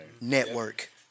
Network